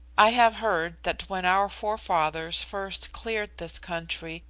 i have heard that when our forefathers first cleared this country,